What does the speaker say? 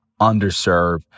underserved